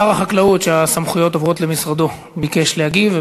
שר החקלאות, שהסמכויות עוברות למשרדו, ביקש להגיב.